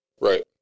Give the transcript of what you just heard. right